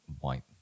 white